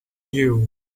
you